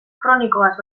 kronikoaz